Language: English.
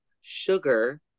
Sugar